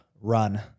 run